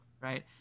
right